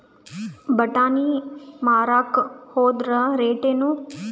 ಬಟಾನಿ ಮಾರಾಕ್ ಹೋದರ ರೇಟೇನು?